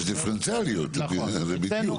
בגלל שיש דיפרנציאליות, זה בדיוק.